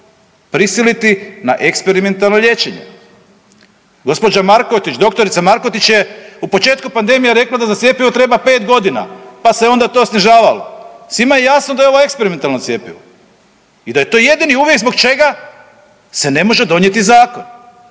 prisiliti na eksperimentalno liječenje. Gđa. Markotić, dr. Markotić je u početku pandemije rekla da za cjepivo treba 5.g., pa se onda to snižavalo. Svima je jasno da je ovo eksperimentalno cjepivo i da je to jedini uvjet zbog čega se ne može donijeti zakon.